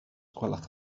gwelwch